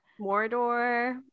Mordor